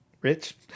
rich